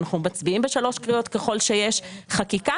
אנחנו מצביעים בשלוש קריאות ככל שיש חקיקה.